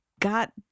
got